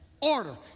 Order